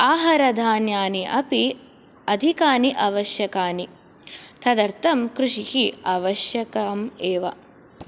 आहारधान्यानि अपि अधिकानि आवश्यकानि तदर्थं कृषिः आवश्यकम् एव